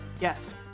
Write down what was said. yes